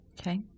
Okay